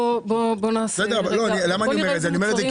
למה אני אומר את זה?